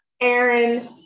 Aaron